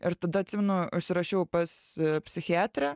ir tada atsimenu užsirašiau pas psichiatrę